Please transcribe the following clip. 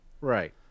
Right